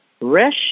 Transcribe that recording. Resh